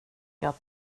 jag